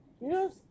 yes